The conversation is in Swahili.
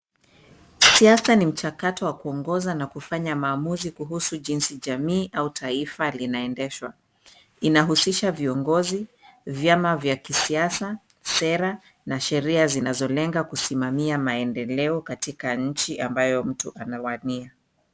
Siasa ni mchakato wa kuongoza na kufanya maamuzi jinsi jamii au taifa linaendeshwa. Inahusisha viongozi ,vyama vya kisiasa, sera na sheria zinazolenga kusimamia maendeleo katika nchi ambayo mtu anawania.